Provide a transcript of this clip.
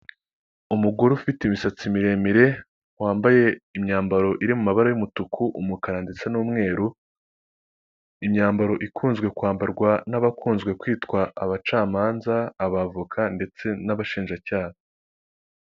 Abantu b'ingeri zitandukanye barahagaze bari kwifotoza harimo; umugore, harimo umukobwa, ndetse abasigaye n'abagabo bambaye amakositimu. Inyuma yabo hari icyapa cy'ikigo cy'igihugu cy'ubwisungane mu kwivuza.